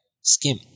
skim